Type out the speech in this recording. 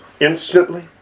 instantly